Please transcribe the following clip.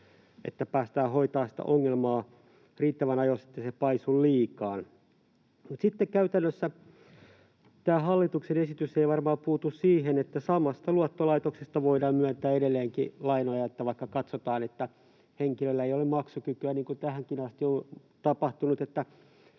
että päästään hoitamaan sitä ongelmaa riittävän ajoissa, ettei se paisu liikaa. Mutta sitten käytännössä tämä hallituksen esitys ei varmaan puutu siihen, että samasta luottolaitoksesta voidaan myöntää edelleenkin lainoja, vaikka katsotaan, että henkilöllä ei ole maksukykyä, niin kuin tähänkin asti on tapahtunut: